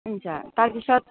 শুনিছা তাৰপিছত